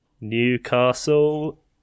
Newcastle